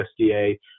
USDA